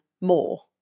more